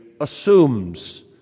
assumes